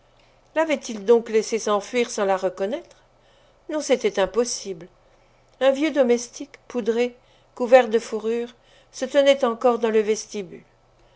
l'avait-il donc laissée s'enfuir sans la reconnaître non c'était impossible un vieux domestique poudré couvert de fourrures se tenait encore dans le vestibule